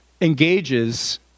engages